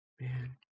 Man